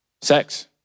sex